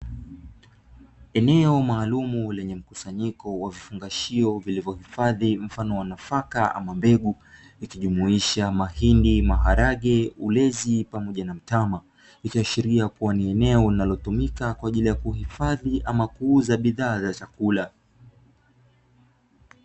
Eneo maalumu lenye mkusanyiko wa vifungashio vilivyohifadhi mfano wa nafaka ama mbegu ikijumuisha mahindi, maharage, ulezi pamoja na mtama. Ikiashiria kuwa ni eneo linalotumika kwa ajili ya kuhifadhi ama kuuza bidhaa za chakula.